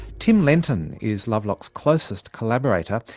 tim lenton is lovelock's closest collaborator.